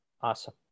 awesome